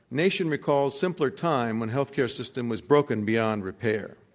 nation recalls simpler time when health care system was broken beyond repair.